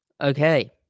Okay